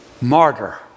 martyr